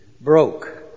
broke